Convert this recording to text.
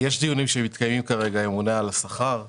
יש דיונים שמתקיימים כרגע עם הממונה על השכר.